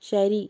ശരി